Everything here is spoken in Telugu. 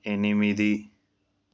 ఎనిమిది